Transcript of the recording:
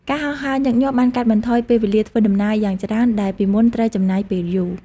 ការហោះហើរញឹកញាប់បានកាត់បន្ថយពេលវេលាធ្វើដំណើរយ៉ាងច្រើនដែលពីមុនត្រូវចំណាយពេលយូរ។